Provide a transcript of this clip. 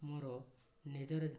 ମୋର ନିଜର